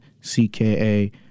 CKA